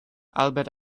albert